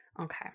Okay